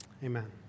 Amen